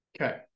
Okay